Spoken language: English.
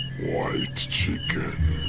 white chicken.